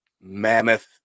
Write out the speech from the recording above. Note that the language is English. mammoth